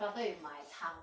flutter with my tongue